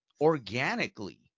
organically